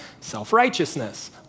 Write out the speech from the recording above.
self-righteousness